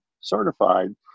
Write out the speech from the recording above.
certified